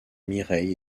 mireille